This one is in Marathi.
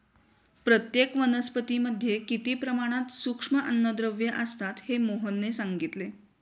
प्रत्येक वनस्पतीमध्ये किती प्रमाणात सूक्ष्म अन्नद्रव्ये असतात हे मोहनने सांगितले